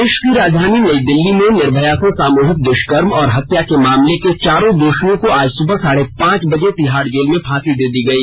देष की राजधानी नई दिल्ली में निर्भया से सामूहिक दुष्कर्म और हत्या मामले के चारों दोषियों को आज सुबह साढ़े पांच बजे तिहाड़ जेल में फांसी दे दी गई